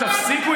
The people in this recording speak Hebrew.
אגב,